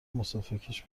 مسافرکش